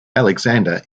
alexander